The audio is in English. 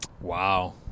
Wow